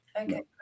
Okay